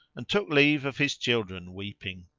and took leave of his children weeping.